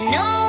no